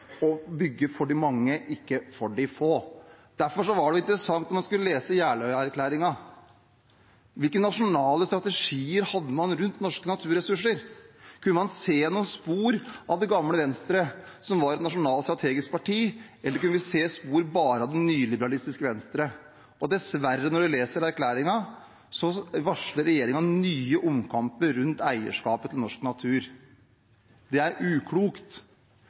å bygge land – og bygge for de mange, ikke for de få. Derfor var det interessant når man skulle lese Jeløya-erklæringen: Hvilke nasjonale strategier hadde man rundt norske naturressurser? Kunne man se noen spor av det gamle Venstre, som var et nasjonalstrategisk parti, eller kunne vi se spor bare av det nyliberalistiske Venstre? Dessverre, når man leser erklæringen, så varsler regjeringen nye omkamper rundt eierskapet til norsk natur. Det er uklokt,